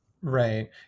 right